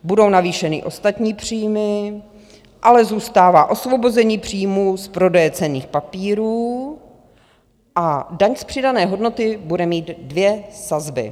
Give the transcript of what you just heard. Budou navýšeny ostatní příjmy, ale zůstává osvobození příjmů z prodeje cenných papírů a daň z přidané hodnoty bude mít dvě sazby.